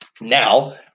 Now